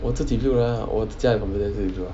我自己 build 的 lah 我家的 computer 自己 build ah